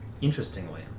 Interestingly